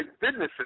businesses